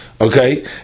Okay